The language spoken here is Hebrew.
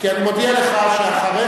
כי אני מודיע לך שאחריך,